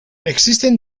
existen